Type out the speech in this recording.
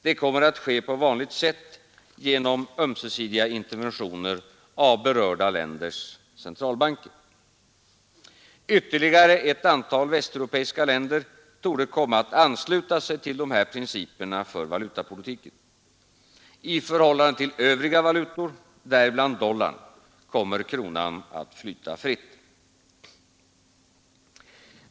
Det kommer att ske på vanligt sätt genom ömsesidiga interventioner av de berörda ländernas centralbanker. Ytterligare ett antal västeuropeiska länder torde komma att ansluta sig till dessa principer för valutapolitiken. I förhållande till övriga valutor, däribland dollarn, kommer kronan att flyta fritt.